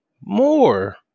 more